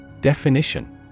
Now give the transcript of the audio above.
Definition